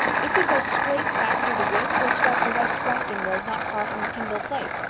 if we go straight back through the woods we'll strike the west grafton road not far from the kimball place.